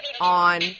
on